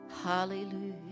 hallelujah